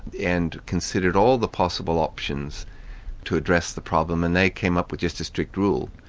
and considered all the possible options to address the problem, and they came up with just a strict rule,